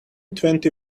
twenty